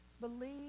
Believe